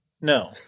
No